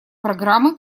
программы